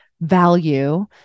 Value